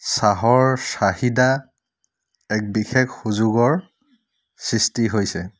চাহৰ চাহিদা এক বিশেষ সুযোগৰ সৃষ্টি হৈছে